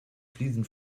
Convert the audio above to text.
fliesen